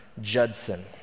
Judson